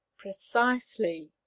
Precisely